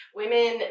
women